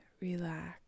relax